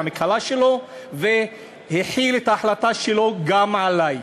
והחיל את ההחלטה שלו גם עלי.